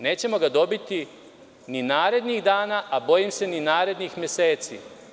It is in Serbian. Nećemo ga dobiti ni narednih dana, a bojim se ni narednih meseci.